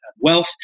wealth